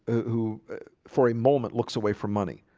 who for a moment looks away from money?